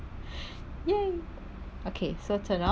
!yay! okay so turn off